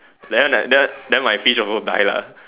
that that that that one my fish also die lah